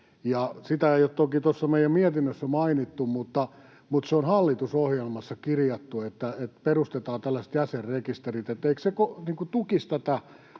Sitä ei ole toki tuossa meidän mietinnössämme mainittu, mutta se on hallitusohjelmassa kirjattu, että perustetaan tällaiset jäsenrekisterit.